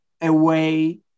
away